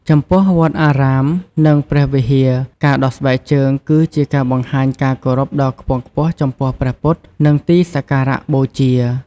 ចំពោះវត្តអារាមនិងព្រះវិហារ ការដោះស្បែកជើងគឺជាការបង្ហាញការគោរពដ៏ខ្ពង់ខ្ពស់ចំពោះព្រះពុទ្ធ និងទីសក្ការៈបូជា។